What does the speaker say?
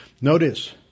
Notice